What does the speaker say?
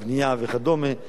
הבנייה וכדומה.